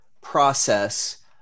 process